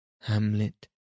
hamlet